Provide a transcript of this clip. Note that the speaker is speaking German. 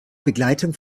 begleitung